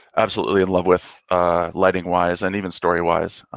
absolutely in love with lighting wise and even story-wise,